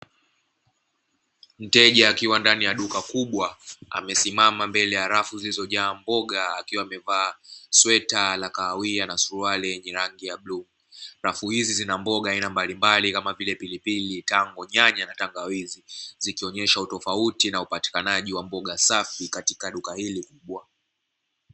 Mteja akiwa ndani ya duka kubwa amesimama mbele ya rafu zilizojaa mboga, akiwa amevaa sweta la kahawia na suruali yenye rangi ya bluu. Rafu hizi zina mboga aina mbalimbali kama vile pilipili, tango, nyanya, na tangawizi. Zikionyesha utofauti na upatikanaji wa mboga safi katika duka hili kubwa .